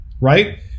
right